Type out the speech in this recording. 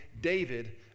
David